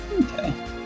Okay